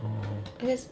!aww!